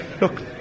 look